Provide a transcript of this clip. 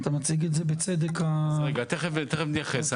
אז תכף אני אתייחס.